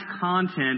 content